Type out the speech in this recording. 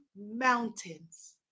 mountains